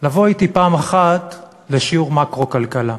לבוא אתי פעם אחת לשיעור מקרו-כלכלה.